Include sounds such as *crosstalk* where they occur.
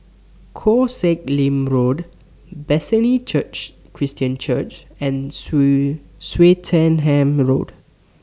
Koh Sek Lim Road Bethany Church Christian Church and *unintelligible* Swettenham Road